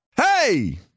Hey